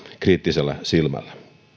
kriittisellä silmällä